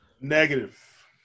Negative